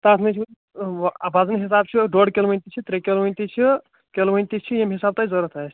تَتھ منٛز چھُ وَزنہٕ حِساب چھُ ڈۄڈ کِلوٕنۍ تہِ چھِ ترٛےٚ کِلوٕنۍ تہِ چھِ کِلوٕنۍ تہِ چھِ ییٚمہِ حِساب تۄہہِ ضرورت آسہِ